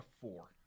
four